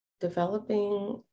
developing